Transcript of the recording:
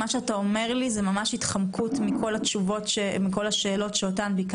מה שאתה אומר לי זה ממש התחמקות מכל השאלות ששאלתי.